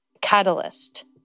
catalyst